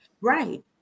Right